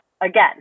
again